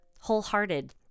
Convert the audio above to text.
wholehearted